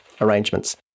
arrangements